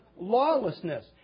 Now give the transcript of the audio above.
lawlessness